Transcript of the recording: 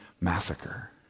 massacre